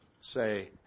say